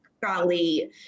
golly